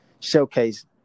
showcase